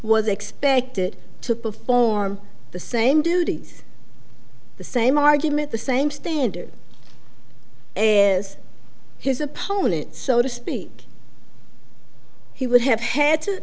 was expected to perform the same duties the same argument the same standard is his opponent so to speak he would have had to